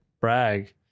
brag